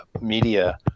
media